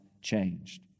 changed